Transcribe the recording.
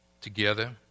together